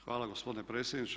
Hvala gospodine predsjedniče.